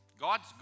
God's